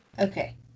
Okay